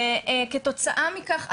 וכתוצאה מכך,